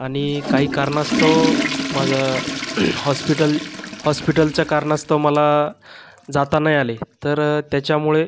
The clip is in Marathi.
आणि काही कारणास्तव माझ्या हॉस्पिटल हॉस्पिटलच्या कारणास्तव मला जाता नाही आले तर त्याच्यामुळे